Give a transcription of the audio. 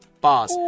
boss